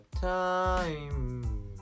time